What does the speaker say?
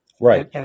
Right